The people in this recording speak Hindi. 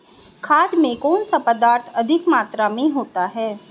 खाद में कौन सा पदार्थ अधिक मात्रा में होता है?